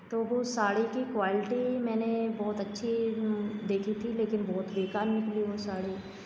तो वो साड़ी की क्वालिटी मैंने बहुत अच्छी देखी थी लेकिन बहुत बेकार निकली वो साड़ी